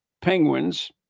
penguins